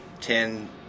ten